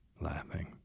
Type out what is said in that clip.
laughing